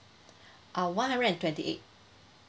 uh one hundred and twenty eight